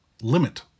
Limit